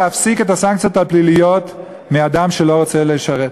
להפסיק את הסנקציות הפליליות לאדם שלא רוצה לשרת.